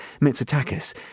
Mitsotakis